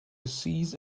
cease